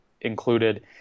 included